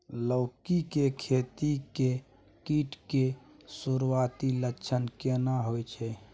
लौकी के खेती मे कीट के सुरूआती लक्षण केना होय छै?